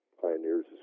pioneers